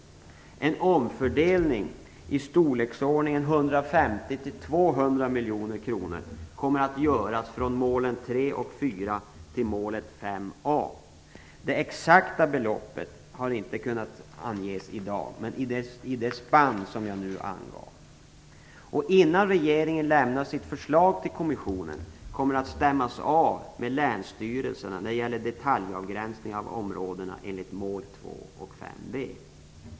En omfördelning i storleksordningen 150-200 miljoner kronor kommer att göras från målen 3 och 4 till målet 5a. Det exakta beloppet har inte kunnat anges i dag, men det ligger inom det spann som jag nu angav. Innan regeringen lämnar sitt förslag till kommissionen kommer det att stämmas av med länsstyrelserna när det gäller detaljavgränsningar av områdena enligt mål 2 och 5b.